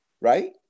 right